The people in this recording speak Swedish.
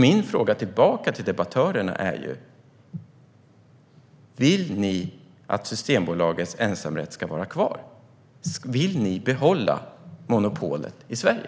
Min fråga tillbaka till debattörerna är: Vill ni att Systembolagets ensamrätt ska vara kvar? Vill ni behålla monopolet i Sverige?